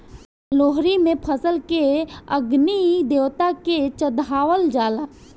लोहड़ी में फसल के अग्नि देवता के चढ़ावल जाला